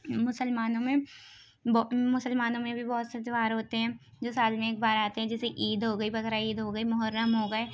مسلمانوں میں مسلمانوں میں بھی بہت سے تہوار ہوتے ہیں جو سال میں ایک بار آتے ہیں جیسے عید ہو گئی بکر عید ہو گئی محرم ہو گئے